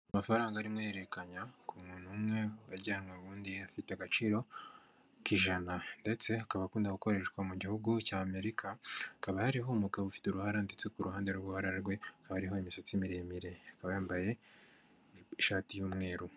Amafaranga arimo ahererekanya ku muntu umwe uyajyanira undi, afite agaciro k'ijana ndetse akaba akunda gukoreshwa mu gihugu cy'Amerika, hakaba hariho umugabo ufite uruhara ndetse ku ruhande rw'uruhara rwe hakaba hariho imisatsi miremire, akaba yambaye ishati y'umweru.